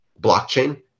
blockchain